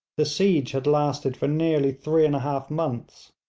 the siege had lasted for nearly three and a half months.